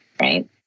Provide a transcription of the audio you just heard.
right